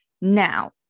Now